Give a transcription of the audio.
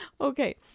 Okay